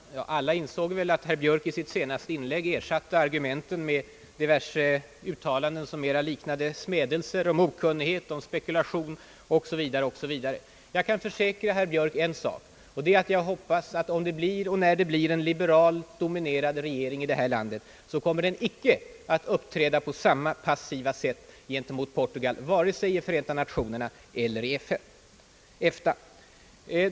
Herr talman! Alla bör ha insett att herr Björk i sitt senaste inlägg ersatte argumenten med diverse uttalanden, som mera liknade smädelser, om »okunnighet», om »spekulationer» Oo. s. Vv. Jag kan försäkra herr Björk en sak. Jag hoppas att en liberalt dominerad regering, om och när den kommer till makten i vårt land, inte skall uppträda på samma passiva sätt som den nuvarande gentemot Portugal vare sig i Förenta Nationerna eller i EFTA.